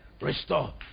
restore